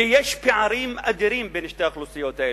שיש פערים אדירים בין שתי האוכלוסיות האלה,